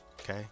Okay